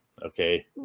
Okay